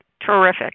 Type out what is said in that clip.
Terrific